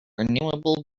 renewable